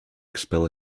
expel